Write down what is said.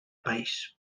país